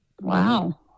Wow